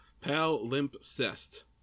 pal-limp-cest